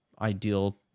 ideal